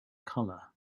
collar